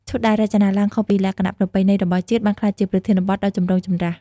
ឈុតដែលរចនាឡើងខុសពីលក្ខណៈប្រពៃណីរបស់ជាតិ បានក្លាយជាប្រធានបទដ៏ចម្រូងចម្រាស។